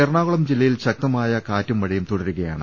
എറണാകുളം ജില്ലയിൽ ശക്തമായ കാറ്റും മഴയും തുട രുകയാണ്